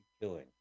killing